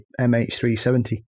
MH370